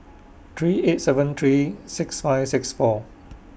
three eight seven three six five six four